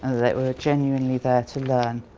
and they were genuinely there to learn.